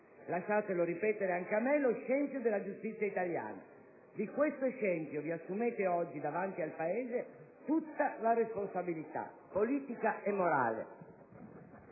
Lasciatelo ripetere anche a me: lo scempio della giustizia italiana. Di questo scempio vi assumete davanti al Paese tutta la responsabilità politica e morale.